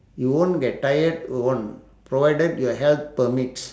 you won't get tired won't provided your health permits